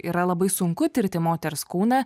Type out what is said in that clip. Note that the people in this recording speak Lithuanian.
yra labai sunku tirti moters kūną